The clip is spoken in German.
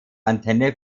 antenne